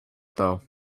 though